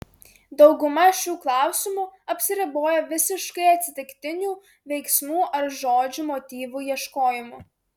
dauguma šių klausimų apsiriboja visiškai atsitiktinių veiksmų ar žodžių motyvų ieškojimu